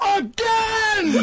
again